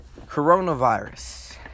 coronavirus